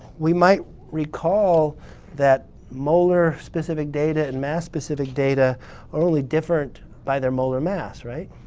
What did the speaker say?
we might recall that molar specific data and mass specific data are only different by their molar mass, right?